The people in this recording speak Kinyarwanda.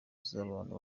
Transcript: z’abantu